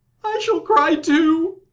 i shall cry too.